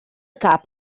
cap